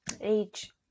age